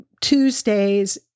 Tuesdays